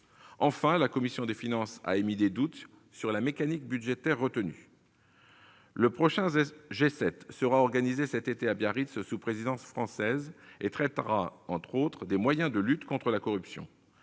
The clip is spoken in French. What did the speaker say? Enfin, la commission des finances a émis des doutes sur la mécanique budgétaire retenue. Le prochain G7 sera organisé cet été à Biarritz, sous présidence française, et il traitera, entre autres, des moyens de lutter contre la corruption.